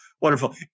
wonderful